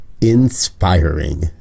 inspiring